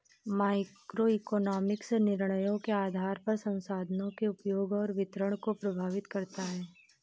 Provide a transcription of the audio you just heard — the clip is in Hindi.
माइक्रोइकोनॉमिक्स निर्णयों के आधार पर संसाधनों के उपयोग और वितरण को प्रभावित करता है